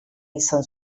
izan